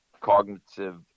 cognitive